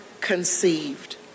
conceived